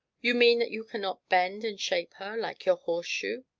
you mean that you cannot bend, and shape her, like your horseshoe?